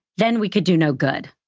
then we could do no good.